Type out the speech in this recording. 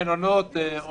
מבלי לגרוע מהוראות פסקה